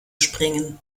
springen